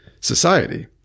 society